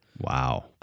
Wow